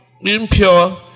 impure